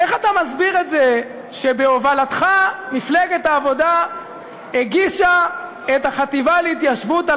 איך אתה מסביר את זה שבהובלתך מפלגת העבודה הגישה את החטיבה להתיישבות על